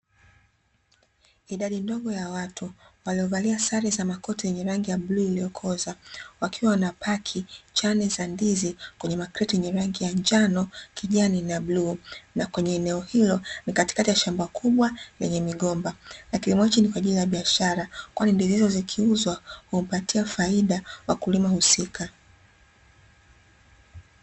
Idadi ndogo ya watu waliovalia sare za makoti yenye rangi ya bluu iliyokoza, wakiwa wanapaki vichane vya ndizi kwenye makreti yenye rangi ya njano, kijani na bluu. Na kwenye eneo hilo ni katikati ya shamba kubwa, lenye migomba. Na kilimo hichi ni kwa ajili ya biashara, kwani ndizi hizo zikiuzwa huwapatia faida wakulima husika.